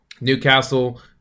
Newcastle